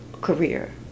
Career